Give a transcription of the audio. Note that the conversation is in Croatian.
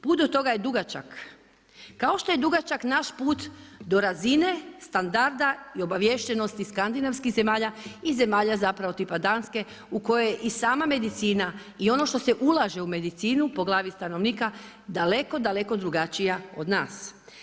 Put do toga je dugačak, kao što je dugačak naš put do razine standarda i obaviještenosti skandinavskih zemalja i zemalja tipa zapravo Danske u kojoj i sama medicina i ono što se ulaže u medicine po glavni stanovnika, daleko, daleko drugačija od nas.